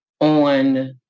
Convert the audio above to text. on